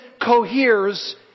coheres